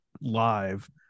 live